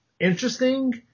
interesting